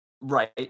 Right